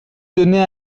donner